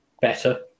better